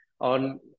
on